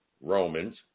Romans